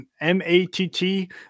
M-A-T-T